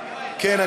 כן,